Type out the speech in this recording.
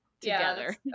together